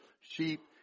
sheep